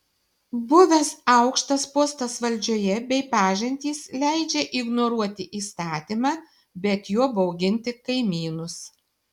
buvęs aukštas postas valdžioje bei pažintys leidžia ignoruoti įstatymą bet juo bauginti kaimynus